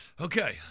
Okay